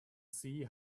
see